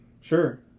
sure